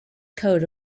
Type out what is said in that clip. code